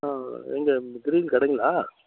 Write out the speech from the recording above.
ஏங்க கிரில் கடைங்களா